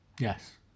Yes